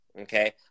okay